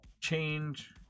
change